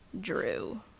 Drew